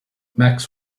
max